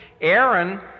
Aaron